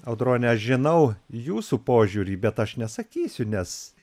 audrone aš žinau jūsų požiūrį bet aš nesakysiu nes